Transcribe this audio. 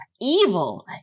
evil